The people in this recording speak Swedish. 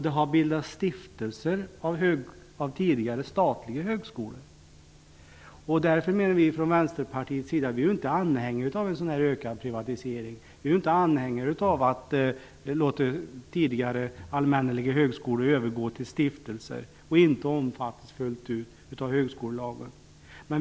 Det har bildats stiftelser av tidigare statliga högskolor. Vi i Vänsterpartiet är inte anhängare av ökad privatisering, av att låta tidigare allmänneliga högskolor övergå till stiftelser så att de inte fullt ut omfattas av högskolelagen.